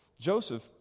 Joseph